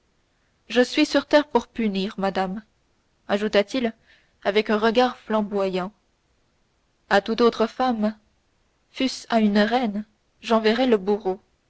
je suis sur terre pour punir madame ajouta-t-il avec un regard flamboyant à toute autre femme fût-ce à une reine j'enverrais le bourreau